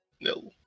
no